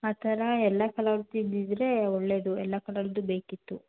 ಆ ಥರ ಎಲ್ಲ ಕಲರದ್ದು ಇದ್ದಿದ್ದರೆ ಒಳ್ಳೇದು ಎಲ್ಲ ಕಲರದ್ದು ಬೇಕಿತ್ತು